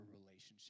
relationship